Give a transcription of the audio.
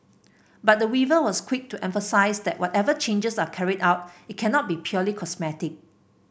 but the Weaver was quick to emphasise that whatever changes are carried out it cannot be purely cosmetic